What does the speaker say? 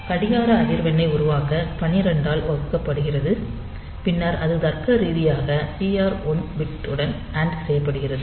கடிகார அதிர்வெண்ணை உருவாக்க 12 ஆல் வகுக்கப்படுகிறது பின்னர் அது தர்க்கரீதியாக TR 1 பிட் உடன் அண்ட் செய்யப்படுகிறது